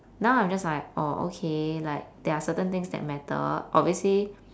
now I'm just like oh okay there are certain things that matter obviously